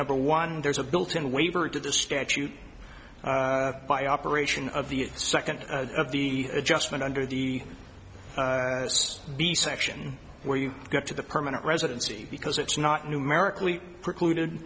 number one there's a built in waiver to the statute by operation of the second of the adjustment under the b section where you get to the permanent residency because it's not numerically precluded